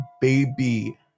baby